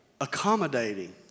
accommodating